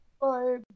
Bye